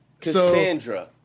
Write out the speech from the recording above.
Cassandra